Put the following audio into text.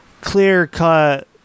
clear-cut